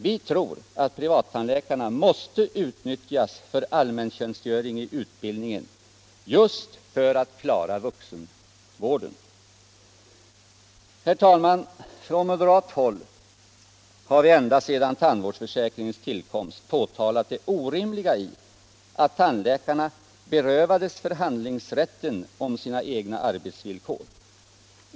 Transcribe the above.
Vi tror att privattandläkarna måste utnyttjas för allmäntjänstgöring i utbildningen, just för att klara vuxenvården. Herr talman! Från moderat håll har vi ända sedan tandvårdsförsäkringens tillkomst påtalat det orimliga i att tandläkarna berövats förhandlingsrätt om sina egna arbetsvillkor.